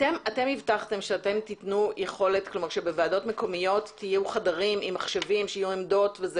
אתם הבטחתם שבוועדות מקומיות יהיו חדרים עם מחשבים ושיהיו עמדות.